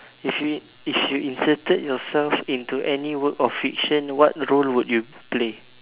if you if you inserted yourself into any work of fiction what role would you play